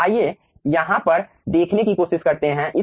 तो आइए हम यहां पर देखने की कोशिश करते हैं